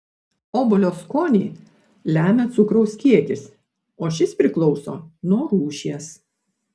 obuolio skonį lemia cukraus kiekis o šis priklauso nuo rūšies